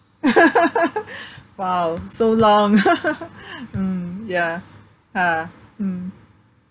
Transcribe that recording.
!wow! so long mm ya lah ha mm